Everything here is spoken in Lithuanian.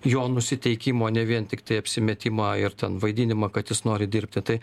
jo nusiteikimo ne vien tiktai apsimetimą ir ten vaidinimą kad jis nori dirbti tai